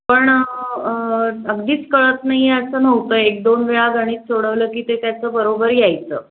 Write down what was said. पण अगदीच कळत नाही आहे असं नव्हतं एक दोन वेळा गणित सोडवलं की ते त्याचं बरोबर यायचं